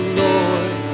lord